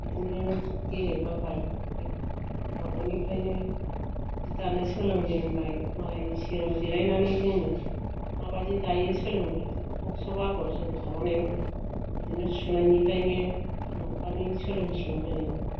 बिदिनो गेलेबोबाय आवगयनिफ्रायनो जि दानो सोलोंजेनबाय मालायनि सेराव जिरायनानै जोङो माबादि दायो सोलोंबाय जेखब सोब आगर जों माबानायाव बिदिनो सुनायनिफ्रायनो बिमा बिफानि सोलोंस्लुिंहोनायाव